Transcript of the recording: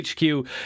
HQ